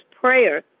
prayer